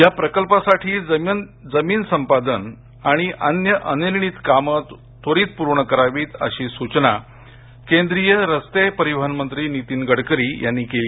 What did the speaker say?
या प्रकल्पासाठी जामीन संपादन आणि अन्य अनिर्णीत कामं त्वरित पूर्ण व्हावीत अशी सुचना केंद्रीय रस्ते परिवहन मंत्री नितीन गडकरी यांनी केली